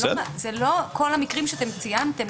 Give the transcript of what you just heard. זה לא כל המקרים שאתם ציינתם,